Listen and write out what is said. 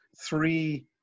three